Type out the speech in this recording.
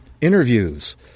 interviews